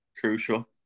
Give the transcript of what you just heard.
crucial